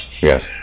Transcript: Yes